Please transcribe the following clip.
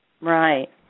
Right